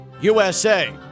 USA